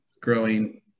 growing